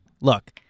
look